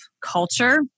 culture